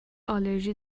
آلرژی